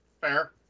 fair